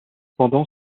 pendant